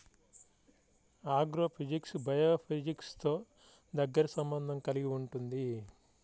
agrophysics బయోఫిజిక్స్తో దగ్గరి సంబంధం కలిగి ఉంటుంది